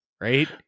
right